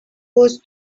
was